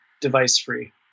device-free